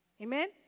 Amen